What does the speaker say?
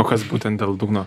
o kas būtent dėl dugno